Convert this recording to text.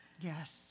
Yes